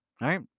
Right